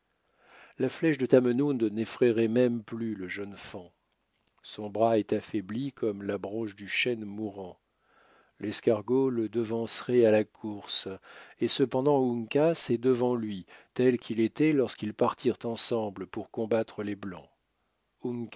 la flèche de tamenund n'effraierait même plus le jeune faon son bras est affaibli comme la branche du chêne mourant l'escargot le devancerait à la course et cependant uncas est devant lui tel qu'il était lorsqu'ils partirent ensemble pour combattre les blancs